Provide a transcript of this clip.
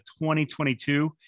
2022